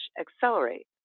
accelerate